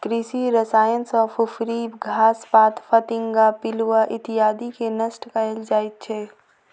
कृषि रसायन सॅ फुफरी, घास पात, फतिंगा, पिलुआ इत्यादिके नष्ट कयल जाइत छै